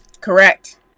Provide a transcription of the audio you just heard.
correct